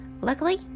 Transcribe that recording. luckily